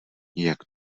jak